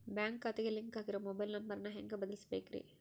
Bank ಖಾತೆಗೆ link ಆಗಿರೋ mobile number ನ ಹೆಂಗ್ ಬದಲಿಸಬೇಕ್ರಿ?